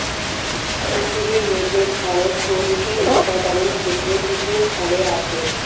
পৃথিবীর মধ্যে ভারত পোল্ট্রি উৎপাদনের ক্ষেত্রে তৃতীয় স্থানে আছে